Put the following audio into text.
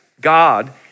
God